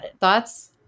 Thoughts